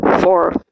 Four